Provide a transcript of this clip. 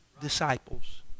disciples